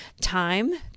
time